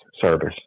service